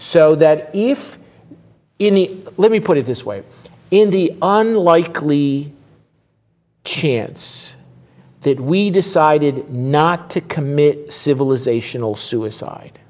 so that if in the let me put it this way in the on likely chance that we decided not to commit civilizational suicide